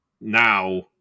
now